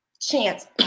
chance